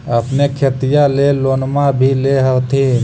अपने खेतिया ले लोनमा भी ले होत्थिन?